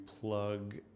plug